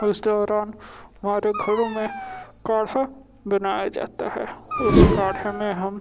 उस दौरान हमारे घरों में काढ़ा बनाया जाता है उस काढ़े में हम